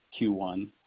Q1